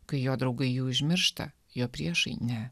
kai jo draugai jį užmiršta jo priešai ne